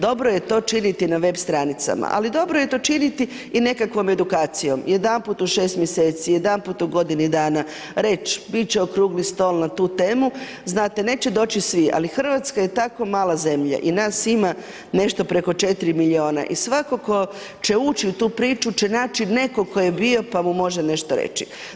Dobro je to činiti na web stranicama, ali dobro je to činiti i nekakvom edukacijom, jedanput u 6 mjeseci, jedanput u godini danas, reći „bit će okrugli stol na tu temu“, znate neće doći svi, ali Hrvatska je tako mala zemlja i nas ima nešto preko 4 milijuna i svako tko će ući u tu priču će naći nekog tko je bio pa mu može nešto reći.